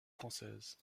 française